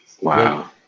Wow